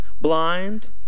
blind